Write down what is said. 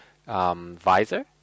Visor